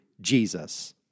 Jesus